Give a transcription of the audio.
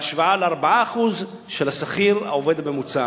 בהשוואה ל-4% של השכיר העובד הממוצע.